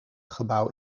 gebouw